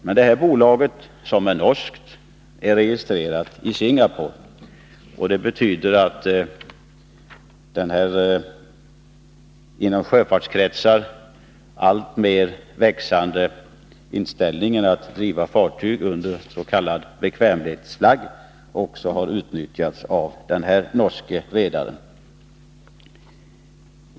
Men det här bolaget, som är norskt, är registrerat i Singapore. Det betyder att den inom sjöfartskretsar alltmer växande inställningen att man skall driva fartyg under s.k. bekvämlighets flagg har utnyttjats även av den här norske redaren.